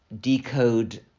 decode